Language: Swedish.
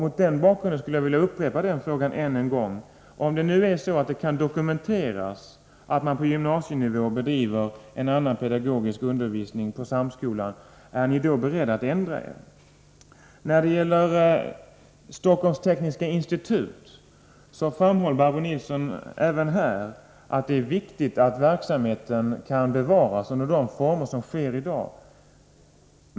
Jag skulle vilja upprepa frågan: Är ni beredda att ändra er, om det nu är så, att det kan dokumenteras att man på gymnasienivå bedriver en annan pedagogisk undervisning på samskolan? Även beträffande Stockholms Tekniska institut framhöll Barbro Nilsson att det är viktigt att verksamheten kan bevaras i de nuvarande formerna.